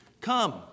Come